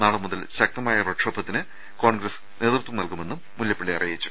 നാളെ മുതൽ ശക്തമായ പ്രക്ഷോഭത്തിന് കോൺഗ്രസ് നേതൃത്വം നൽകുമെന്നും മുല്ലപ്പള്ളി അറിയിച്ചു